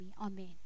Amen